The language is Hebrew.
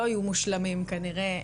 לא יהיו מושלמים כנראה,